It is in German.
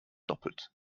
doppelt